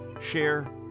share